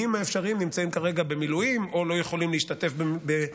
האפשריים נמצאים כרגע במילואים או לא יכולים להשתתף בכל מקרה.